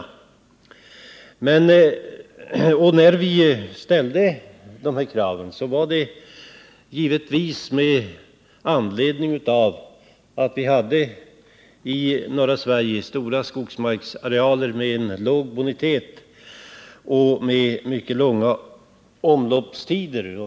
Detta krav ställde vi givetvis med anledning av att vi i norra Sverige hade stora skogsmarksarealer med låg bonitet och med mycket långa omloppstider.